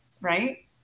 right